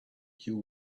you